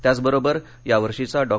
त्याचबरोबर या वर्षीचा डॉ